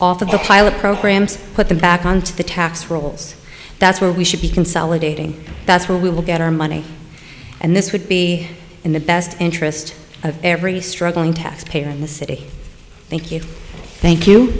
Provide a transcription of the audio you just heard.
those off the pilot programs put them back on to the tax rolls that's where we should be consolidating that's where we will get our money and this would be in the best interest of every struggling taxpayer in the city thank you thank you